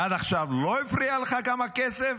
עד עכשיו לא הפריע לך כמה כסף?